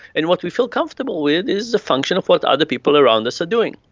and what we feel comfortable with is the function of what other people around us are doing.